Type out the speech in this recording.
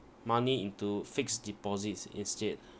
money into fixed deposits instead